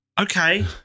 Okay